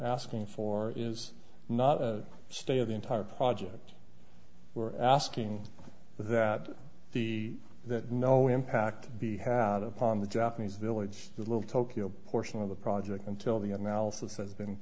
asking for is not a stay of the entire project we're asking that the that no impact be had upon the japanese village the little tokyo portion of the project until the analysis